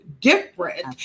different